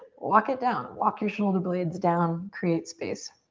walk it down, walk your shoulder blades down, create space.